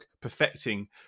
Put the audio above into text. perfecting